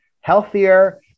healthier